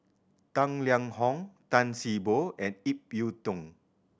Tang Liang Hong Tan See Boo and Ip Yiu Tung